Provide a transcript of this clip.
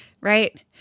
Right